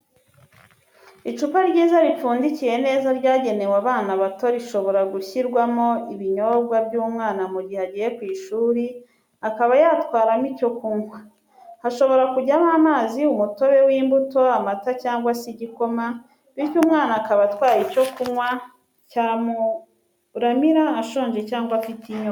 Icupa ryiza ripfundikiye neza ryagenewe abana bato rishobora gushyirwamo ibinyobwa by'umwana mu gihe agiye ku ishuri, akaba yatwaramo icyo kunywa. Hashobora kujyamo amazi, umutobe w'imbuto, amata cyangwa se igikoma, bityo umwana akaba atwaye icyo kunywa cyamuramira ashonje cyangwa afite inyota.